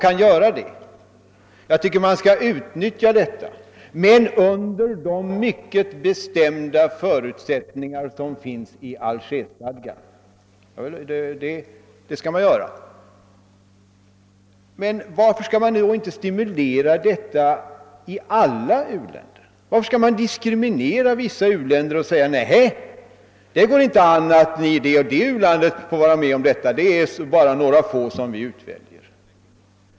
Jag tycker att man skall utnyttja denna kunskap, dock under de mycket bestämda förutsättningar som återfinns i Algerstadgan. Men varför skall man nu inte stimulera utvecklingen på detta sätt i alla uländer? Varför skall man diskriminera vissa av dessa och säga att detta förfaringssätt bara går an i några få utvalda länder?